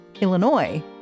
Illinois